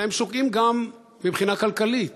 אלא הם שוקעים גם מבחינה כלכלית,